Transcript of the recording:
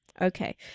Okay